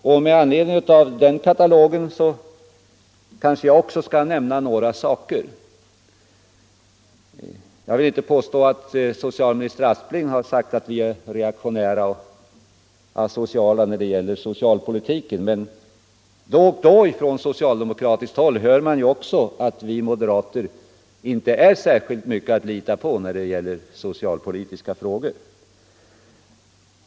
Jag vill inte påstå att statsrådet Aspling har sagt att moderaterna är reaktionära och asociala när det gäller socialpolitiken, men då och då hör man från socialdemokratiskt håll att vi moderater inte är särskilt mycket att lita på i socialpolitiska frågor.